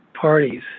parties